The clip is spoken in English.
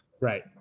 right